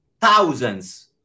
thousands